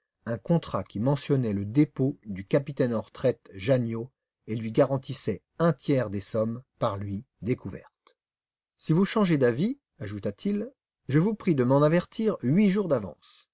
un contrat qui mentionnait le dépôt du capitaine en retraite janniot et lui garantissait un tiers des sommes par lui découvertes si vous changez d'avis ajouta-t-il je vous prie de m'en avertir huit jours d'avance